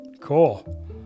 Cool